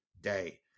day